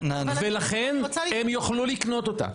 ולכן הם יוכלו לקנות אותה.